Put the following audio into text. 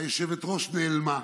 היושבת-ראש נעלמה,